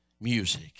music